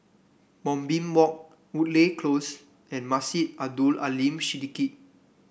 Moonbeam Walk Woodleigh Close and Masjid Abdul Aleem Siddique